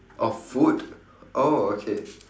oh food oh okay